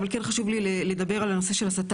אבל כן חשוב לי לדבר על הנושא של הסתה,